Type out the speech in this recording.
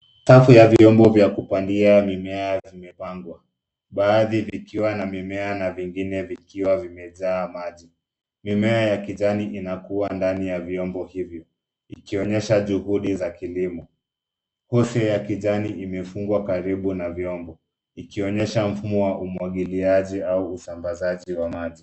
Tafu ya vyombo vya kupandia mimea vimepangwa baadhi nikiwa na mimeana vingine vikiwa vimejaa maji. Mimea ya kijani inakua ndani ya vyombo hivyo ikionyesha juhudi za kilimo. Husio ya kijani imefungwa karibu na vyombo ikionyesha mfumo wa umwagiliaji au usambazaji wa maji.